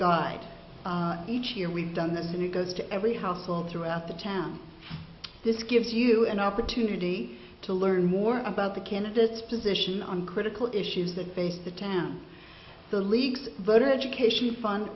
guide each year we've done the new goes to every household throughout the town this gives you an opportunity to learn more about the candidates position on critical issues that face the town the league's voter education fund